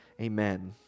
Amen